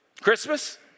Christmas